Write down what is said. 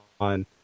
on –